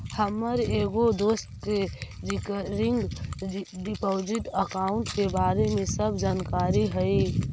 हमर एगो दोस्त के रिकरिंग डिपॉजिट अकाउंट के बारे में सब जानकारी हई